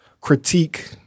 critique